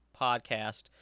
podcast